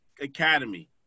academy